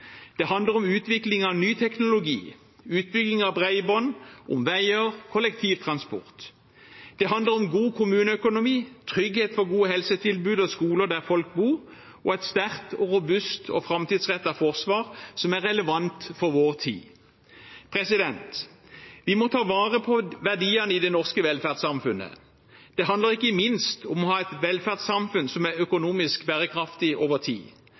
Det handler om utvikling av ny teknologi, om utbygging av bredbånd, om veier og om kollektivtransport. Det handler om god kommuneøkonomi, trygghet for gode helsetilbud og skoler der folk bor, og et sterkt, robust og framtidsrettet forsvar som er relevant for vår tid. Vi må ta vare på verdiene i det norske velferdssamfunnet. Det handler ikke minst om å ha et velferdssamfunn som er økonomisk bærekraftig over tid.